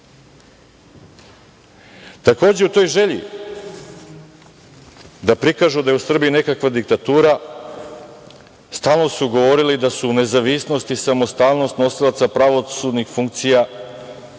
stranka? Takođe, u toj želji da prikažu da je u Srbiji nekakva diktatura stalno su govorili da su nezavisnost i samostalnost nosilaca pravosudnih funkcija